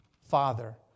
Father